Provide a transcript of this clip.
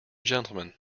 gentleman